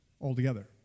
Altogether